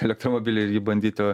elektromobilį ir jį bandytų